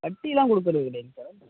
கட்டியெல்லாம் கொடுக்கறது கிடையாது சார்